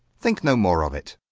think no more of it.